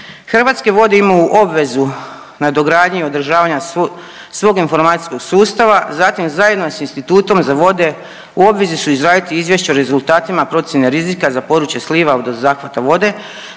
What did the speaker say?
Hrvatske vode imaju obvezu nadogradnje i održavanja svog informacijskog sustava, zatim zajedno s Institutom za vode u obvezu su izraditi izvješća o rezultatima procjene rizika za područje sliva vodozahvata vode